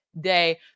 day